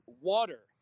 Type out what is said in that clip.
water